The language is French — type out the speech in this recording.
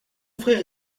frère